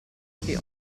più